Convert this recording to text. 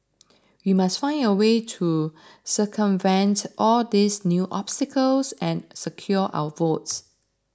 we must find a way to circumvent all these new obstacles and secure our votes